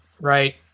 right